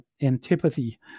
antipathy